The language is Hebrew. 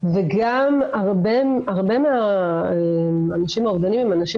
וגם הרבה מהאנשים האובדניים הם אנשים